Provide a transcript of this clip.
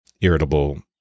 irritable